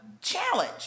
challenge